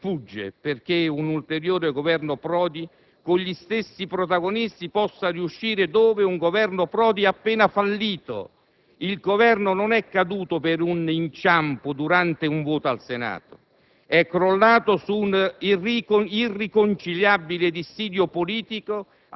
irrisolte. Il commentatore di questo giornale aggiunge: «Mi sfugge perché un ulteriore Governo Prodi con gli stessi protagonisti possa riuscire dove un Governo Prodi ha appena fallito. Il Governo non è caduto per un inciampo durante un voto al Senato.